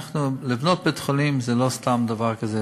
לבנות בית-חולים זה לא סתם דבר כזה,